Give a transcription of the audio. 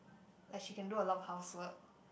like she can do a lot of housework